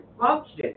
function